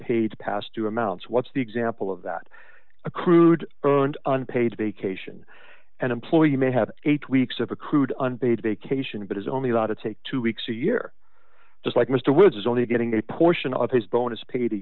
paid past two amounts what's the example of that accrued earned unpaid vacation an employee may have eight weeks of accrued unpaid vacation but is only allowed to take two weeks a year just like mr woods is only getting a portion of his bonus pa